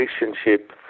relationship